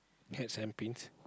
heads and pins